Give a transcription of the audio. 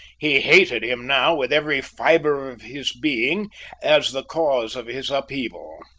he hated him now with every fibre of his being as the cause of his upheaval.